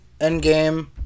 endgame